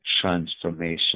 transformation